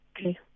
Okay